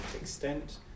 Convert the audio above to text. extent